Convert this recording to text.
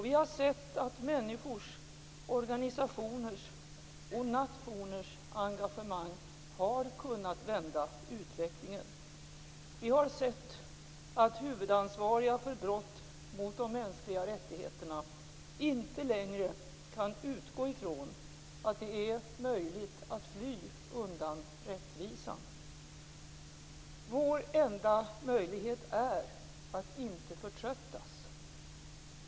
Vi har sett att människors, organisationers och nationers engagemang har kunnat vända utvecklingen. Vi har sett att huvudansvariga för brott mot de mänskliga rättigheterna inte längre kan utgå från att det är möjligt att fly undan rättvisan. Vår enda möjlighet är att inte förtröttas.